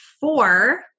four